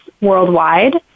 worldwide